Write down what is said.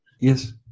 Yes